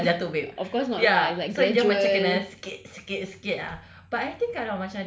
satu island dah jatuh babe ya dia kena macam sikit sikit sikit lah